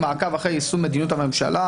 מעקב אחרי יישום מדיניות הממשלה,